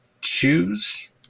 choose